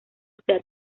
sea